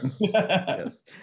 yes